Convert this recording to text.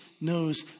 knows